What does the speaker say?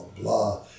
blah